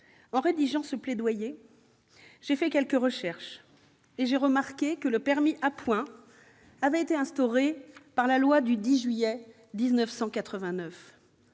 En rédigeant ce plaidoyer, j'ai fait quelques recherches et j'ai constaté que le permis à points avait été instauré par la loi du 10 juillet 1989.